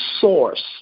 source